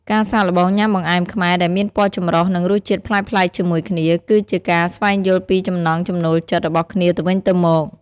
ការសាកល្បងញ៉ាំបង្អែមខ្មែរដែលមានពណ៌ចម្រុះ និងរសជាតិប្លែកៗជាមួយគ្នា គឺជាការស្វែងយល់ពីចំណង់ចំណូលចិត្តរបស់គ្នាទៅវិញទៅមក។